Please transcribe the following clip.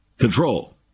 Control